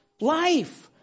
Life